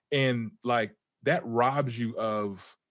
and like that robs you of.